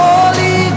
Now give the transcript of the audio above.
Holy